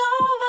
over